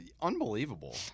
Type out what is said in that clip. Unbelievable